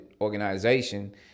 organization